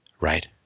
Right